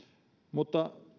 mutta